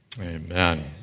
Amen